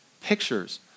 pictures